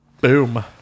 Boom